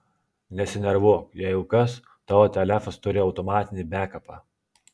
nesinervuok jeigu kas tavo telefas turi automatinį bekapą